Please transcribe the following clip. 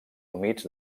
humits